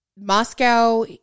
Moscow